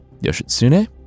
Yoshitsune